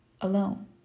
alone